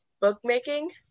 bookmaking